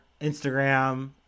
Instagram